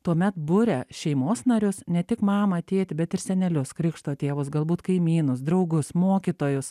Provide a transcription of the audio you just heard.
tuomet buria šeimos narius ne tik mamą tėtį bet ir senelius krikšto tėvus galbūt kaimynus draugus mokytojus